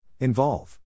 Involve